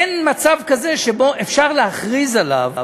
אין מצב כזה שבו אפשר להכריז עליו